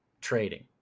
trading